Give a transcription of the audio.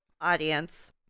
audience